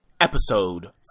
Episode